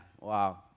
Wow